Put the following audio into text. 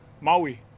Maui